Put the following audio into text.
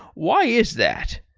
why is that?